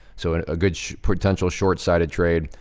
so, a good, potential shortside of trade,